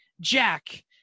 Jack